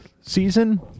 season